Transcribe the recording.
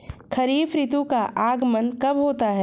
खरीफ ऋतु का आगमन कब होता है?